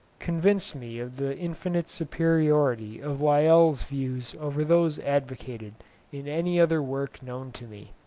convinced me of the infinite superiority of lyell's views over those advocated in any other work known to me.